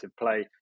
play